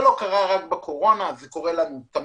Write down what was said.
זה לא קרה רק בקורונה, זה קורה תמיד.